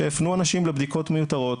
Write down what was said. שהפנו אנשים לבדיקות מיותרות,